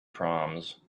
proms